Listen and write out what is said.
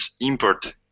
import